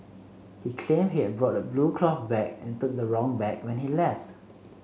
he claimed he had brought a blue cloth bag and took the wrong bag when he left